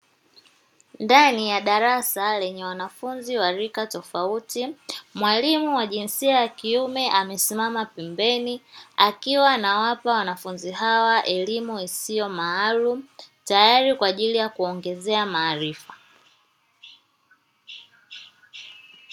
Ndani ya darasa lenye wanafunzi wa rika tofauti, mwalimu wa jinsia ya kiume amesimama pembeni akiwa anawapa wanafunzi hawa elimu isiyo maalumu tayari kwa ajili ya kuongezea maarifa.